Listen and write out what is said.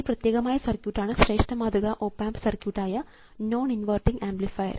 ഈ പ്രത്യേകമായ സർക്യൂട്ടാണ് ശ്രേഷ്ഠ മാതൃകാ ഓപ് ആമ്പ് സർക്യൂട്ട് ആയ നോൺ ഇൻവർട്ടിംഗ് ആംപ്ലിഫയർ